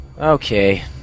Okay